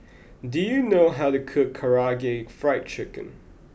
do you know how to cook Karaage Fried Chicken